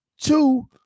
Two